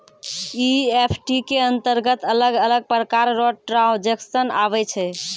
EFT के अंतरगत अलग अलग प्रकार रो ट्रांजेक्शन आवै छै